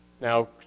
Now